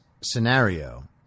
scenario